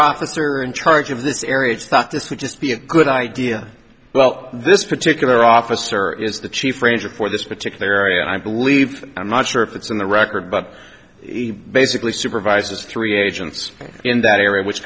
officer in charge of this area thought this would just be a good idea well this particular officer is the chief ranger for this particular area and i believe i'm not sure if it's on the record but he basically supervises three agents in that area which